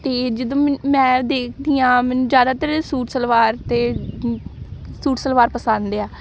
ਅਤੇ ਜਦੋਂ ਮ ਮੈਂ ਦੇਖਦੀ ਹਾਂ ਮੈਨੂੰ ਜ਼ਿਆਦਾਤਰ ਸੂਟ ਸਲਵਾਰ ਅਤੇ ਸੂਟ ਸਲਵਾਰ ਪਸੰਦ ਆ